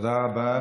תודה רבה.